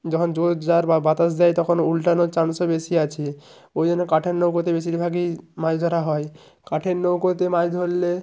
যখন জোরজার বা বাতাস দেয় তখন উলটানোর চান্সও বেশি আছে ওই জন্য কাঠের নৌকোতে বেশিরভাগই মাছ ধরা হয় কাঠের নৌকোতে মাছ ধরলে